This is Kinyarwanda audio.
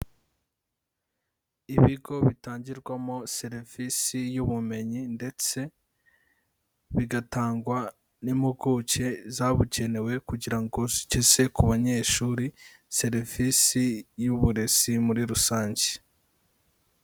Ibigo bitangirwamo serivisi y'ubumenyi, ndetse bigatangwa n'impuguke zabugenewe kugira ngo zigeze ku banyeshuri serivisi y'uburezi muri rusange.